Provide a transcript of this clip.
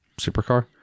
supercar